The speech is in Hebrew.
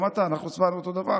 אנחנו הצבענו אותו הדבר.